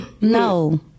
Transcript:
No